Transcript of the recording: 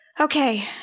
Okay